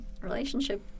relationship